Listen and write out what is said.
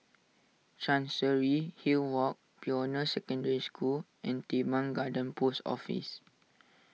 Chancery Hill Walk Pioneer Secondary School and Teban Garden Post Office